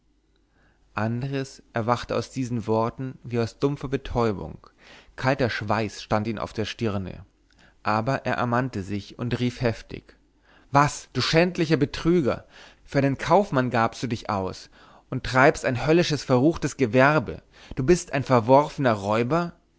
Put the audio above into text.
andres erwachte bei diesen worten wie aus dumpfer betäubung kalter schweiß stand ihm auf der stirne aber er ermannte sich und rief heftig was du schändlicher betrüger für einen kaufmann gabst du dich aus und treibst ein höllisches verruchtes gewerbe und bist ein verworfener räuber